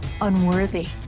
unworthy